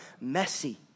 messy